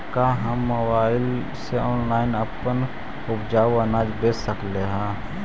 का हम मोबाईल से ऑनलाइन अपन उपजावल अनाज बेच सकली हे?